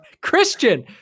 Christian